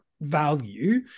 value